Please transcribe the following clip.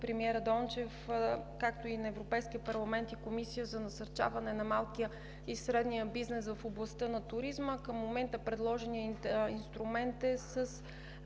вицепремиера Дончев, както и на Европейския парламент и Комисията за насърчаване на малкия и средния бизнес в областта на туризма. Към момента предложеният инструмент е със